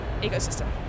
ecosystem